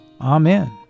Amen